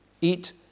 Eat